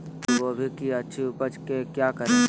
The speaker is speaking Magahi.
फूलगोभी की अच्छी उपज के क्या करे?